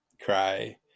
cry